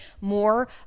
more